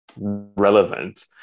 relevant